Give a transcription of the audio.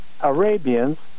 Arabians